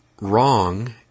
wrong